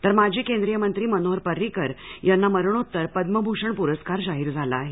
तरमाजी केंद्रीय मंत्री मनोहर पर्रिकर यांना मरणोत्तर पद्मभूषण पुरस्कार जाहीर झाला आहे